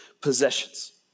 possessions